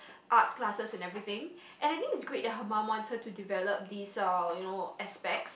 art classes and everything and I think it's great that her mum wants her to develop these uh you know aspects